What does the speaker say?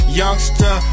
youngster